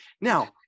Now